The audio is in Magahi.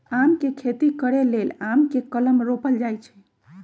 आम के खेती करे लेल आम के कलम रोपल जाइ छइ